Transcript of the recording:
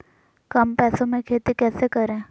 कम पैसों में खेती कैसे करें?